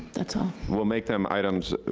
that's all. we'll make them items,